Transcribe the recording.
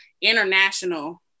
international